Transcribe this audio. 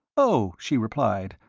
oh, she replied,